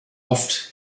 oft